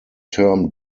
term